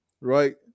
right